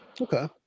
Okay